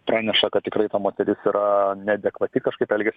praneša kad tikrai ta moteris yra neadekvati kažkaip elgiasi